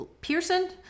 Pearson